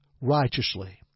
righteously